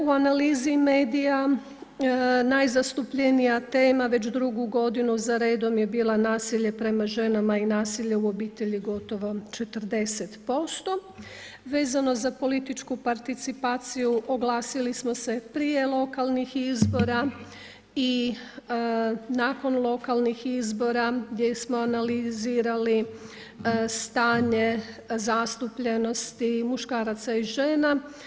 U analizi medija najzastupljenija tema već drugu godinu za redom je bila nasilje prema ženama i nasilje u obitelji gotovo 40%, vezano za političku participaciju oglasili smo se prije lokalnih izbora i nakon lokalnih izbora gdje smo analizirali stanje zastupljenosti muškaraca i žena.